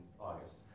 August